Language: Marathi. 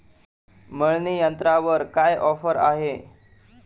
मळणी यंत्रावर काय ऑफर आहे?